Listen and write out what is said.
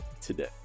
today